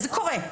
זה קורה.